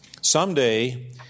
Someday